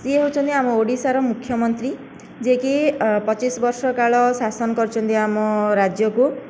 ସିଏ ହେଉଛନ୍ତି ଆମ ଓଡ଼ିଶାର ମୁଖ୍ୟମନ୍ତ୍ରୀ ଯେକି ପଚିଶି ବର୍ଷ କାଳ ଶାସନ କରିଛନ୍ତି ଆମ ରାଜ୍ୟକୁ